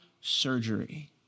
surgery